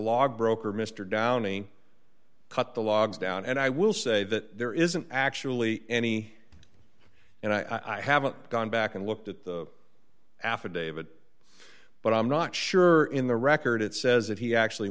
log broker mr downey cut the logs down and i will say that there isn't actually any and i haven't gone back and looked at the affidavit but i'm not sure in the record it says that he actually